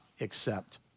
accept